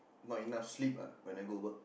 not enough sleep ah when I go work